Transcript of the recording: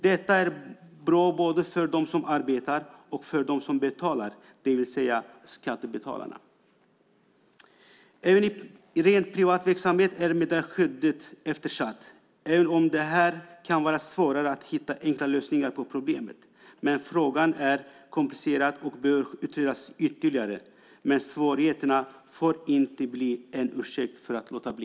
Detta är bra både för dem som arbetar och för dem som betalar, det vill säga skattebetalarna. Även i rent privat verksamhet är meddelarskyddet eftersatt, även om det kan vara svårare att hitta enklare lösningar på problemet där. Frågan är komplicerad och bör utredas ytterligare, men svårigheterna får inte bli en ursäkt för att låta bli.